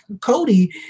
Cody